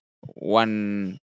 one